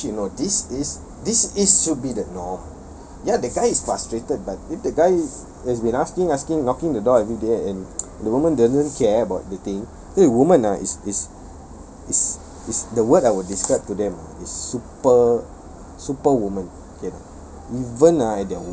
having a sushi no this is this is should be the norm ya the guy is frustrated but if the guy has been asking asking knocking the door everyday and the woman doesn't care about the thing women ah is is is is the word I would describe to them ah is super superwoman okay or not